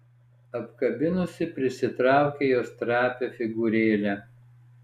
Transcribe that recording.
apkabinusi prisitraukė jos trapią figūrėlę